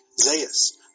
Zeus